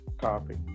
Copy